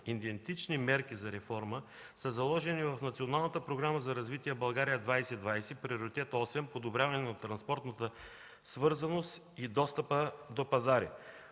Идентични мерки за реформа са заложени в Националната програма за развитие: България 2020, приоритет 8 „Подобряване на транспортната свързаност и достъпа до пазари”.